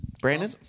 Brandon